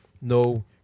no